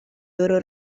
loro